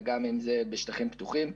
ובין אם זה בשטחים פתוחים.